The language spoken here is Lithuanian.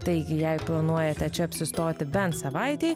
taigi jei planuojate čia apsistoti bent savaitei